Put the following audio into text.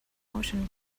motion